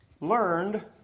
learned